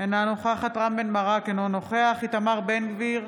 אינה נוכחת רם בן ברק, אינו נוכח איתמר בן גביר,